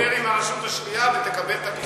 אני אדבר עם הרשות השנייה ותקבל את המתקן.